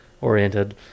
oriented